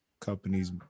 Companies